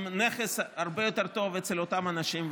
עם נכס הרבה יותר טוב לאותם אנשים,